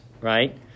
right